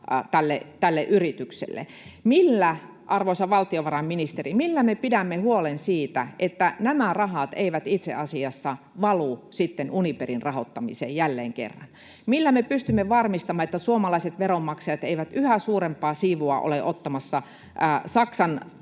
tälle yritykselle. Arvoisa valtiovarainministeri, millä me pidämme huolen siitä, että nämä rahat eivät itse asiassa sitten valu Uniperin rahoittamiseen jälleen kerran? Millä me pystymme varmistamaan, että suomalaiset veronmaksajat eivät yhä suurempaa siivua ole ottamassa Saksan